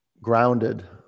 grounded